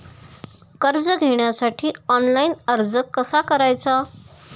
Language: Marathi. कर्ज घेण्यासाठी ऑनलाइन अर्ज कसा करायचा?